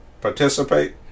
participate